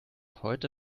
heute